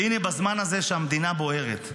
והינה בזמן הזה שהמדינה בוערת,